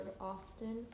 often